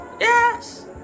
Yes